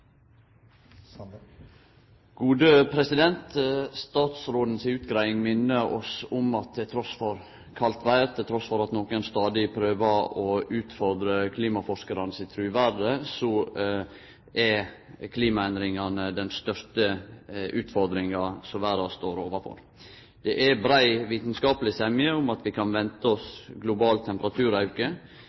Statsråden si utgreiing minner oss om at trass i kaldt vêr, trass i at nokre stadig prøver å utfordre klimaforskarane sitt truverde, er klimaendringane den største utfordringa som verda står overfor. Det er brei vitskapleg semje om at vi kan vente oss global temperaturauke,